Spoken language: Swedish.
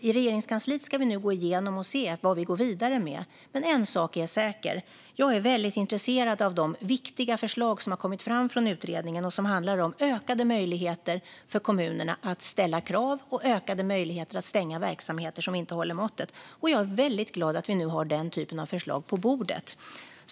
I Regeringskansliet ska vi nu gå igenom och se vad vi ska gå vidare med, men en sak är säker: Jag är väldigt intresserad av de viktiga förslag som har kommit fram från utredningen och som handlar om ökade möjligheter för kommunerna att ställa krav och ökade möjligheter att stänga verksamheter som inte håller måttet. Jag är väldigt glad att vi nu har den typen av förslag på bordet.